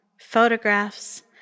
photographs